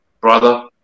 brother